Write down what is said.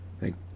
thank